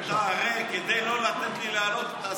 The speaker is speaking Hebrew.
כדי לא לתת לי לעלות.